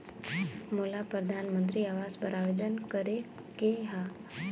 मोला परधानमंतरी आवास बर आवेदन करे के हा?